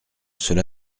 cela